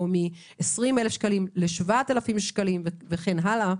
או מ-20,000 שקלים ל-7,000 שקלים וכן הלאה,